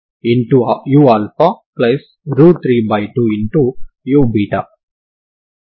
దాని నుండి అన్ని సమయాలలో ఇది 0 అని తెలుస్తోంది